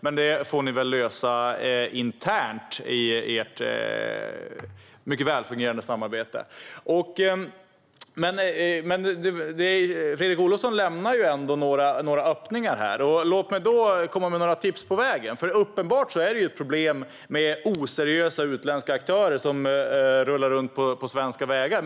Men det får ni väl lösa internt i ert mycket välfungerande samarbete. Fredrik Olovsson lämnar ändå några öppningar här. Låt mig då komma med några tips på vägen. Uppenbart är det ett problem med oseriösa utländska aktörer som rullar runt på svenska vägar.